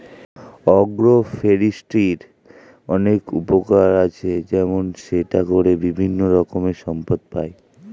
agro ফরেস্ট্রির অনেক উপকার আছে, যেমন সেটা করে বিভিন্ন রকমের সম্পদ পাই